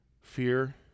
fear